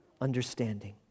understanding